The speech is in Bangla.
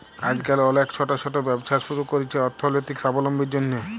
আইজকাল অলেক ছট ছট ব্যবসা ছুরু ক্যরছে অথ্থলৈতিক সাবলম্বীর জ্যনহে